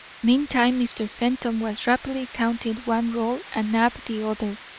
meantime mr. fenton was rapidly counting one roll and knapp the other.